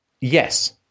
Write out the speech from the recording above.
yes